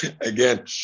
Again